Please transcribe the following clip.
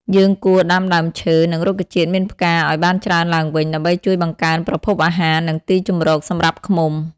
យើងគួរដាំដើមឈើ និងរុក្ខជាតិមានផ្កាឲ្យបានច្រើនឡើងវិញ ដើម្បីជួយបង្កើនប្រភពអាហារ និងទីជម្រកសម្រាប់ឃ្មុំ។